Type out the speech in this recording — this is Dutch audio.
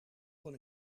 kon